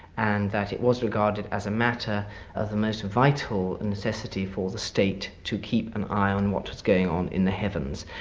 and that it was regarded as a matter of most vital necessity for the state to keep an eye on what was going on in the heavens,